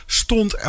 stond